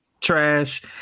trash